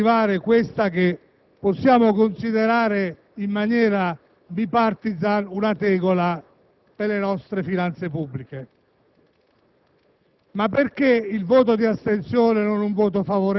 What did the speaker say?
e, prima o poi, doveva arrivare questa che possiamo considerare, in maniera*bipartisan*, una tegola per le nostre finanze pubbliche.